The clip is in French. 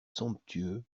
somptueux